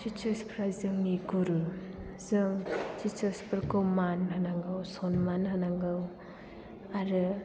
teachers फोरा जोंनि गुरु जों टिचार्स फोरखौ मान होनांगौ सनमान होनांगौ आरो